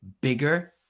bigger